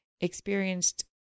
experienced